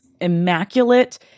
immaculate